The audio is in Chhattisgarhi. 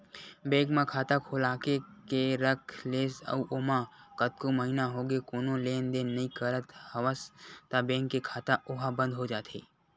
बेंक म खाता खोलाके के रख लेस अउ ओमा कतको महिना होगे कोनो लेन देन नइ करत हवस त बेंक के खाता ओहा बंद हो जाथे